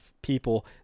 people